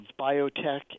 biotech